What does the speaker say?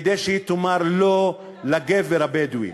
כדי שהיא תאמר לא לגבר הבדואי.